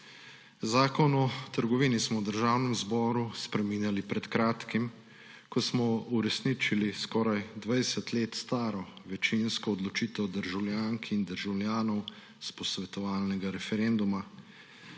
Zakon o trgovini smo v Državnem zboru spreminjali pred kratkim, ko smo uresničili skoraj 20 let staro večinsko odločitev državljank in državljanov s posvetovalnega referenduma.